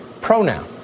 pronoun